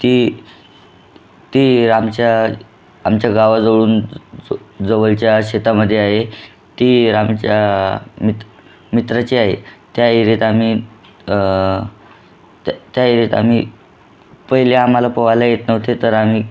ती ती आमच्या आमच्या गावाजवळून ज जवळच्या शेतामध्ये आहे ती आमच्या मित मित्राची आहे त्या एरियात आम्ही त त्या एरियात आम्ही पहिले आम्हाला पोआयला येत नव्हते तर आम्ही